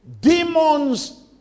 Demons